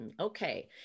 Okay